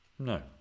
no